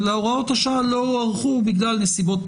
אלא הוראות השעה לא הוארכו בגלל נסיבות פוליטיות,